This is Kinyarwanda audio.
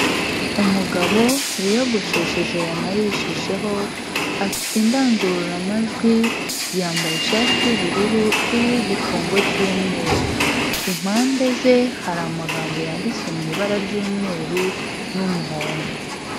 Umugabo wiyogoshesheje wamarishijeho afite indangururamajwi, yambaye ishati y'ubururu, iriho igifungo cy'umweru, impande ze hari amagambo yanditse mu ibara ry'umweru n'umuhondo.